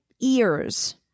ears